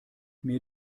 mir